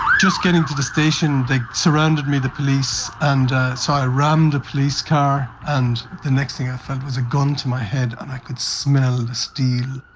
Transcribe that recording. just getting to the station, they surrounded me, the police, and so i rammed a police car, and the next thing i felt was a gun to my head and i could smell the steel.